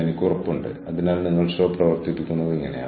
എന്തുകൊണ്ട് അത് അവരുടെ ബൌദ്ധിക മൂലധനമാണ്